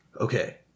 Okay